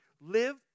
Live